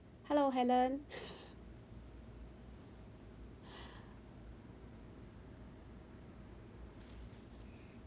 hello helen